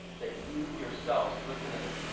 that you yourselves, listen to this.